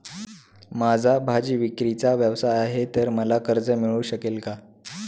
माझा भाजीविक्रीचा व्यवसाय आहे तर मला कर्ज मिळू शकेल का?